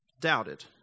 doubted